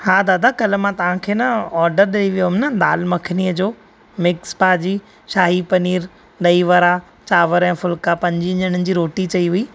हां दादा कल्ह मां तव्हांखे न ऑर्डर ॾेई वियो हुयुमि न दालि मखनीअ जो मिक्स भाजी शाही पनीर ॾही वड़ा चावर ऐं फूल्का पंज ॼणनि जी रोटी चई हुई